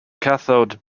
cathode